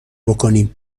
بکینم